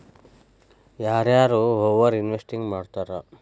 ಯಾರ ಯಾರ over investing ಮಾಡ್ತಾರಾ